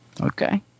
Okay